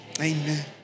amen